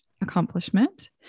accomplishment